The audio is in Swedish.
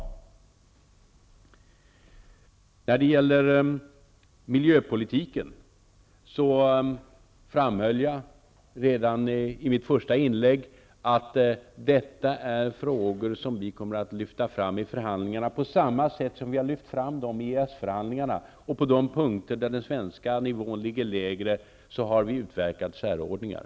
När det gäller miljöpolitiken framhöll jag redan i mitt första inlägg att detta är frågor som vi kommer att lyfta fram i förhandlingarna på samma sätt som vi har lyft fram dem i EES-förhandlingarna, och på de punkter där den svenska nivån ligger lägre har vi utverkat särordningar.